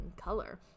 color